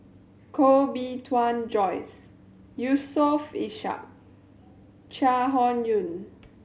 Koh Bee Tuan Joyce Yusof Ishak Chai Hon Yoong